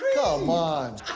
come on!